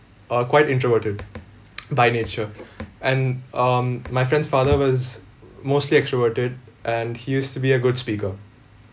uh quite introverted by nature and um my friend's father was mostly extroverted and he used to be a good speaker